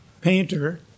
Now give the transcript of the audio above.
painter